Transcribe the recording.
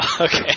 Okay